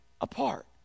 apart